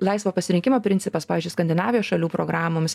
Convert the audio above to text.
laisvo pasirinkimo principas pavyzdžiui skandinavijos šalių programoms